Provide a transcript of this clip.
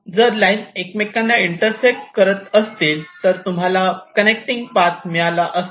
जर लाईन एकमेकांना इंटरसेक्ट करत असते तर तुम्हाला कनेक्टिंग पाथ मिळाला असता